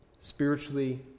spiritually